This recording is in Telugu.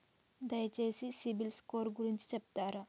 దయచేసి సిబిల్ స్కోర్ గురించి చెప్తరా?